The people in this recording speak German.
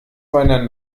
meiner